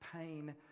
pain